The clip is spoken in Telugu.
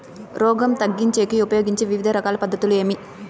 రోగం తగ్గించేకి ఉపయోగించే వివిధ రకాల పద్ధతులు ఏమి?